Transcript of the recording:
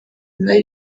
imibare